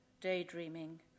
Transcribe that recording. daydreaming